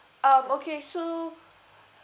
um okay so